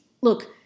look